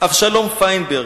אבשלום פיינברג.